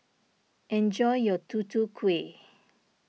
enjoy your Tutu Kueh